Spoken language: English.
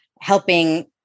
helping